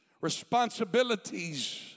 responsibilities